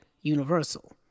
Universal